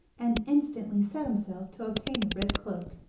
and instantly set himself to obtain a red cloak.